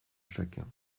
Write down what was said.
chacun